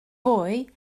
boy